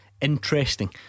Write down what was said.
interesting